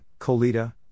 Colita